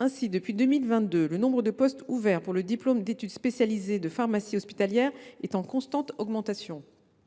Ainsi, depuis 2022, le nombre de postes ouverts pour le diplôme d’études spécialisées de pharmacie hospitalière est en constante augmentation